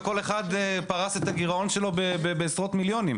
וכל אחד פרס את הגירעון שלו בעשרות מיליונים,